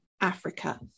Africa